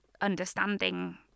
understanding